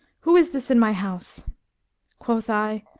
who is this in my house quoth i,